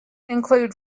include